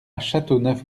châteauneuf